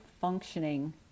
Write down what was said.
functioning